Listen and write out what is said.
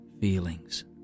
feelings